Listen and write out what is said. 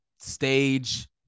stage